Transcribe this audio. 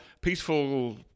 peaceful